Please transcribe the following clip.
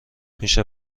میشه